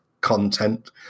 content